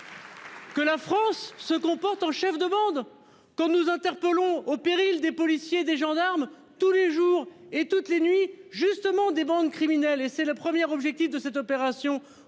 Que la France se comporte en chef demandent qu'on nous interpellons au péril des policiers, des gendarmes, tous les jours et toutes les nuits justement des bandes criminelles et c'est le premier objectif de cette opération